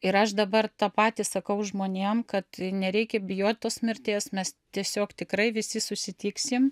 ir aš dabar tą patį sakau žmonėm kad nereikia bijot tos mirties mes tiesiog tikrai visi susitiksim